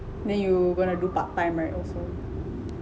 then you gonna do part time right also